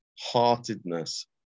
heartedness